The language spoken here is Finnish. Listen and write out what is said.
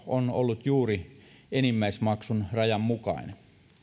on ollut juuri enimmäismaksun rajan mukainen